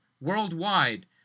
worldwide